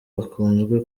akunzwe